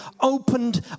opened